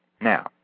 Now